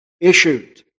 issued